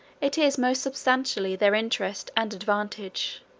it is most substantially their interest and advantage,